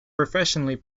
professionally